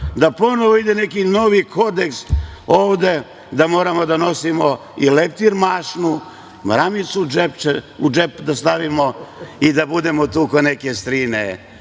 da ponovo ide neki novi kodeks ovde da moramo da nosimo leptir mašnu, maramicu u džep da stavimo i da budemo tu kao neke strine